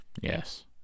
Yes